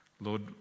Lord